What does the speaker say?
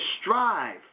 strive